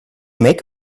make